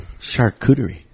Charcuterie